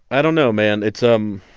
i don't know, man. it's um